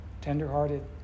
Tenderhearted